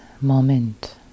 moment